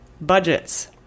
Budgets